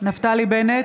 נפתלי בנט,